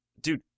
Dude